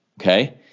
Okay